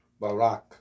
Barack